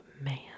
man